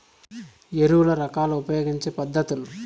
ఎరువుల రకాలు ఉపయోగించే పద్ధతులు?